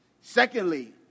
Secondly